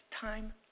time